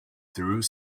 through